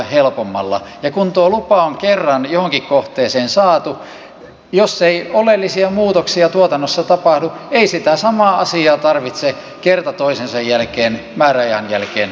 ja kun tuo lupa on kerran johonkin kohteeseen saatu niin jos ei oleellisia muutoksia tuotannossa tapahdu ei sitä samaa asiaa tarvitse kerta toisensa jälkeen määräajan jälkeen hakea